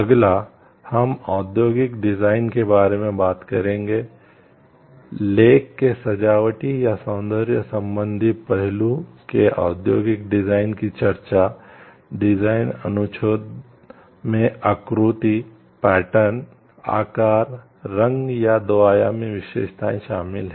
अगला हम औद्योगिक डिजाइन आकार रंग या 2 आयामी विशेषताएं शामिल हैं